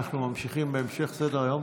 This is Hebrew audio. אנחנו ממשיכים בסדר-היום.